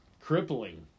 crippling